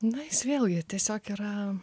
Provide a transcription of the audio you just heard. na jis vėl jie tiesiog yra